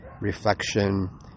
reflection